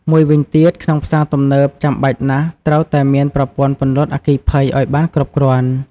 មួយវិញទៀត ក្នុងផ្សារទំនើបចាំបាច់ណាស់ត្រូវតែមានប្រព័ន្ធពន្លត់អគ្គិភ័យអោយបានគ្រប់គ្រាន់។